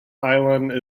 island